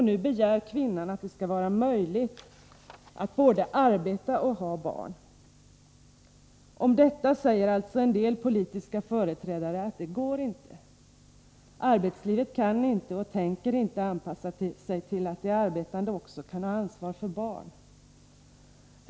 Nu begär kvinnan att det skall vara möjligt att både arbeta och ha barn. Om detta säger alltså en del politiska företrädare: Det går inte — arbetslivet kan inte och tänker inte anpassa sig till att de arbetande också kan ha ansvar för barn.